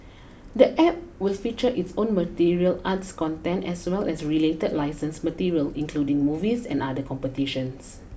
the App will feature its own martial arts content as well as related licensed material including movies and other competitions